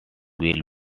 will